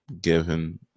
given